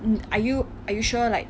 are you are you sure like